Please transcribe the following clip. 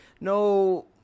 no